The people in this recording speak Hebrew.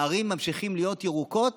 הערים ממשיכות להיות ירוקות